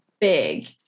Big